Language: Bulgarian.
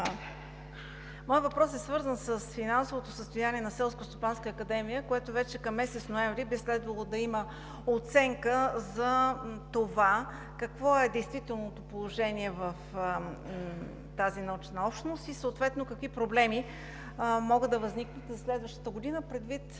Той е свързан с финансовото състояние на Селскостопанската академия, което вече към месец ноември би следвало да има оценка за това какво е действителното положение в тази научна общност и съответно какви проблеми могат да възникнат за следващата година предвид